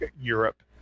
Europe